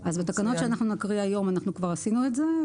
בתקנות שאנחנו נקריא היום, כבר עשינו את זה.